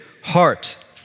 heart